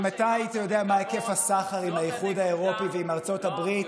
אם אתה היית יודע מה היקף הסחר עם האיחוד האירופי ועם ארצות הברית,